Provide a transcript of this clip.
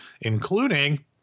including